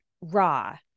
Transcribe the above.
raw